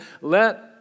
Let